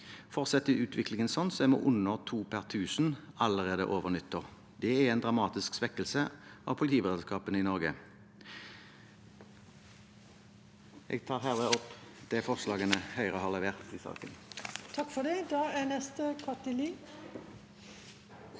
Fortsetter utviklingen slik, er vi under to per 1 000 allerede over nyttår. Det er en dramatisk svekkelse av politiberedskapen i Norge.